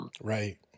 right